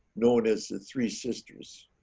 known as the three sisters.